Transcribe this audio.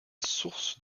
source